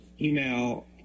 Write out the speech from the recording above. email